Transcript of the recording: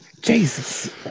Jesus